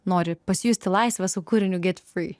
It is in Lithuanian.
nori pasijusti laisvas su kūriniuget free